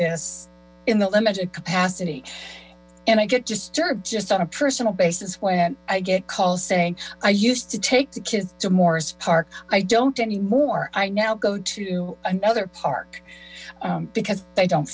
this in the limited capacity and i get disturbed just on a personal basis when i get a call saying i used to take the kids to moores park i don't anymore i now go to another park because they don't